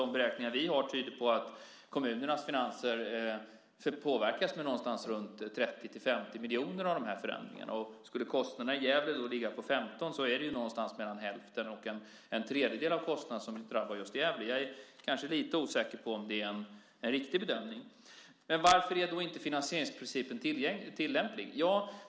De beräkningar vi har tyder nämligen på att kommunernas finanser påverkas med mellan 30 och 50 miljoner av förändringarna, och om kostnaderna i Gävle då ligger på 15 betyder det att någonstans mellan hälften och en tredjedel av kostnaderna drabbar just Gävle. Jag är kanske något osäker på om det är en riktig bedömning. Men varför är då inte finansieringsprincipen tillämplig?